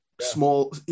small